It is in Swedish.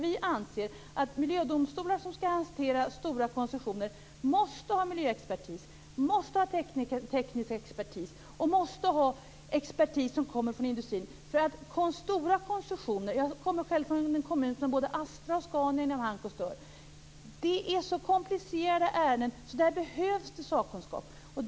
Vi anser att miljödomstolar som skall hantera stora koncessioner måste ha miljöexpertis, måste ha teknisk expertis och måste ha expertis som kommer från industrin. Jag kommer själv från en kommun som har både Astra och Scania inom hank och stör. Det är så komplicerade ärenden att det behövs sakkunskap.